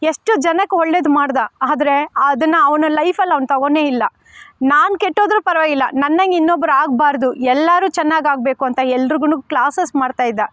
ಎಷ್ಟು ಜನಕ್ಕೆ ಒಳ್ಳೇದು ಮಾಡಿದ ಆದ್ರೆ ಅದನ್ನು ಅವನ ಲೈಫಲ್ಲಿ ಅವನು ತಗೊಂಡೇ ಇಲ್ಲ ನಾನು ಕೆಟ್ಟೋದರು ಪರವಾಗಿಲ್ಲ ನನ್ನಂಗೆ ಇನ್ನೊಬ್ಬರು ಆಗಬಾರ್ದು ಎಲ್ಲರೂ ಚೆನ್ನಾಗಾಗಬೇಕು ಅಂತ ಎಲ್ರುಗೂ ಕ್ಲಾಸಸ್ ಮಾಡ್ತಾಯಿದ್ದ